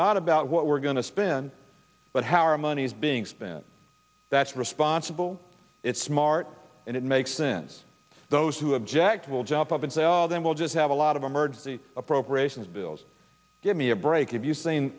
not about what we're going to spend but how our money's being spent that's responsible it's smart and it makes sense those who object will jump up and sell them we'll just have a lot of emergency appropriations bills give me a break have you seen